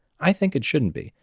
i think it shouldn't be.